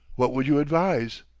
what would you advise?